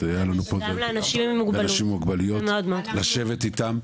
אנשים עם מוגבלויות, לשבת איתם.